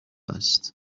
است